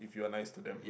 if you are nice to them